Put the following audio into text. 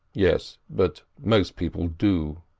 yes, but most people do.